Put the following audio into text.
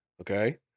Okay